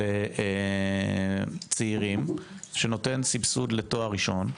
של צעירים שנותן סבסוד לתואר ראשון,